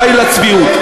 די לצביעות.